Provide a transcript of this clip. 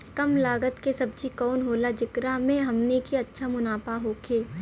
कम लागत के सब्जी कवन होला जेकरा में हमनी के अच्छा मुनाफा होखे?